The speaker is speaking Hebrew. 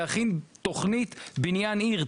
להכין תוכנית בניין עיר,